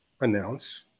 announce